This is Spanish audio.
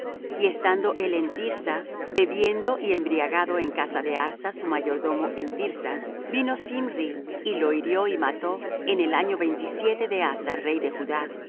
y estando él en thirsa bebiendo y embriagado en casa de arsa su mayordomo en thirsa vino zimri y lo hirió y mató en el año veintisiete de asa rey de judá